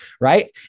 right